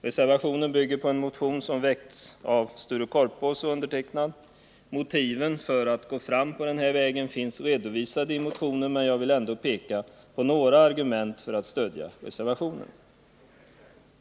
Reservationen bygger på en motion som väckts av Sture Korpås och mig. Motiven för att gå fram på den här vägen finns redovisade i motionen, men jag vill ändå peka på några argument för att stödja reservationen.